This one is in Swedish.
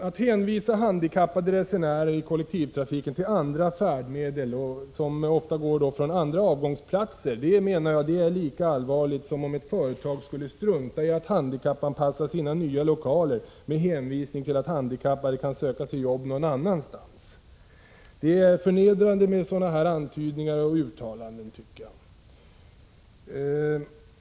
Att hänvisa handikappade resenärer i kollektivtrafiken till andra färdmedel — som ofta avgår från andra platser — är enligt min mening lika allvarligt som om ett företag skulle strunta i att handikappanpassa sina nya lokaler med hänvisning till att handikappade kan söka sig jobb någon annanstans. Jag tycker att det är förnedrande för de handikappade med sådana antydningar och uttalanden.